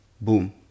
Boom